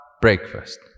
breakfast